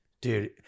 Dude